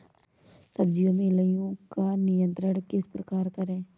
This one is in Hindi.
सब्जियों में इल्लियो का नियंत्रण किस प्रकार करें?